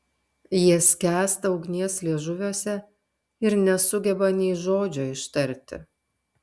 jie skęsta ugnies liežuviuose ir nesugeba nei žodžio ištari